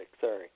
Sorry